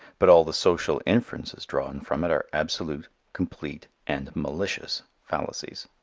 but all the social inferences drawn from it are absolute, complete and malicious fallacies.